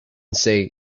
say